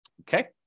okay